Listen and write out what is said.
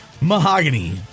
Mahogany